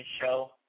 show